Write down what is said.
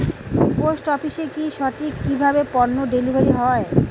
Post অফিসে কি সঠিক কিভাবে পন্য ডেলিভারি হয়?